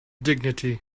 dignity